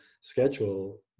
schedule